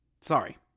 Sorry